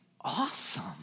awesome